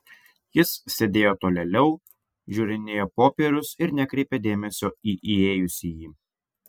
jis sėdėjo tolėliau žiūrinėjo popierius ir nekreipė dėmesio į įėjusįjį